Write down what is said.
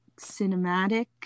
cinematic